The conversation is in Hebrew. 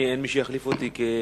אני, אין מי שיחליף אותי במשכן.